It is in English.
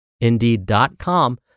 Indeed.com